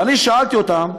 ואני שאלתי אותם: